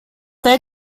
they